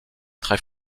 très